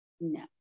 no